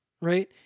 right